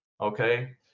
okay